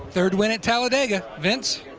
third win at talladega. vince.